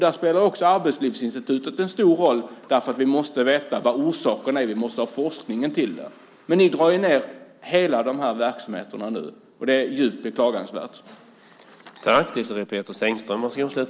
Där spelar också Arbetslivsinstitutet en stor roll. Vi måste veta vad orsakerna är. Vi måste ha forskning om det. Men ni drar ned på dessa verksamheter nu, och det är djupt beklagansvärt.